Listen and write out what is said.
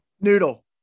Noodle